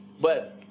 But-